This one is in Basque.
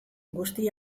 guzti